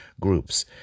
groups